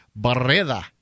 Barreda